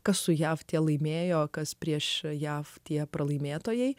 kas su jav tie laimėjo kas prieš jav tie pralaimėtojai